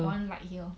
err